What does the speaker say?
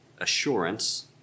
assurance